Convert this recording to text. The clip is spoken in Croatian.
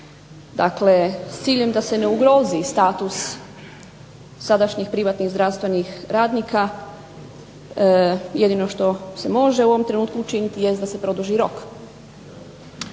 Dakle, s ciljem da se ne ugrozi status sadašnjih privatnih zdravstvenih radnika jedino što se može u ovom trenutku učiniti jest da se produži rok.